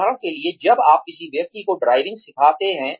उदाहरण के लिए जब आप किसी व्यक्ति को ड्राइविंग सिखाते हैं